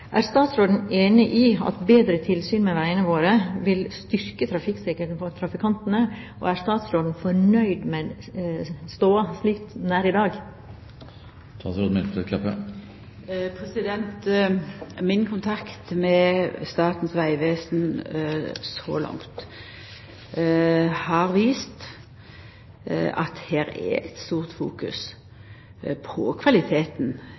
Er statsråden enig i at bedre tilsyn med veiene våre vil styrke trafikksikkerheten for trafikantene? Er statsråden fornøyd med stoda, slik den er i dag? Min kontakt med Statens vegvesen så langt har vist at her er det stort fokus på kvaliteten